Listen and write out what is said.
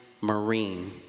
marine